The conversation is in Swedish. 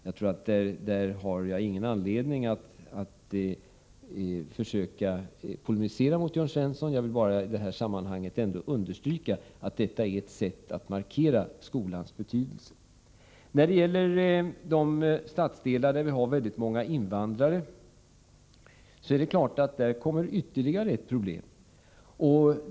Jag har i det avseendet ingen anledning att polemisera mot Jörn Svensson. Jag vill bara understryka att detta är ett sätt att markera skolans betydelse. I de stadsdelar där vi har många invandrare tillkommer ett problem.